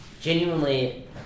genuinely